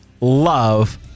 love